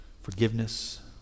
forgiveness